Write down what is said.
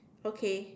okay